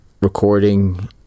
recording